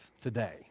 today